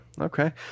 okay